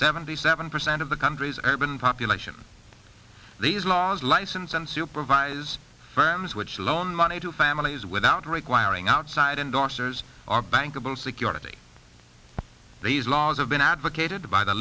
seventy seven percent of the country's urban population these laws license and supervise firms which loan money to families without requiring outside and daughters are bankable security these laws have been advocated by the